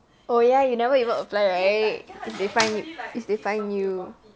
oh ya you never even apply right is they find is they find you